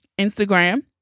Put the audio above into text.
instagram